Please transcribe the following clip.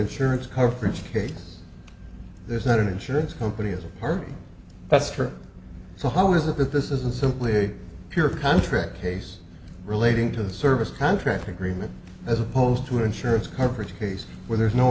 case there's not an insurance company as a party that's true so how is it that this isn't simply a pure contract case relating to the service contract agreement as opposed to insurance coverage a case where there's no